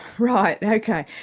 right. ok.